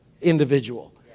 individual